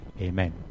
Amen